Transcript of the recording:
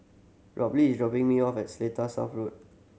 Robley is dropping me off Seletar South Road